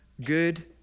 good